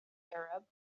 arab